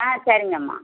ஆ சரிங்கம்மா